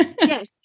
Yes